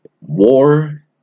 war